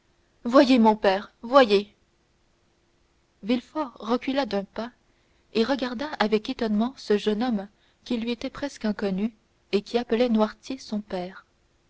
voyez mon père voyez villefort recula d'un pas et regarda avec étonnement ce jeune homme qui lui était presque inconnu et qui appelait noirtier son père